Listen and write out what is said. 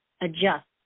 adjust